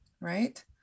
right